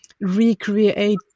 recreate